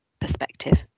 perspective